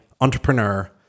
entrepreneur